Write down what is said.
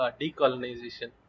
decolonization